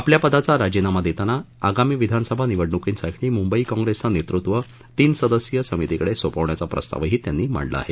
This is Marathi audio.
आपल्या पदाचा राजीनामा देतांना आगामी विधानसभा निवडणुकांसाठी मुंबई कॉंग्रेसच नेतृत्व तीन सदस्यीय समितीकडे सोपवण्याचा प्रस्तावही त्यांनी मांडला आहे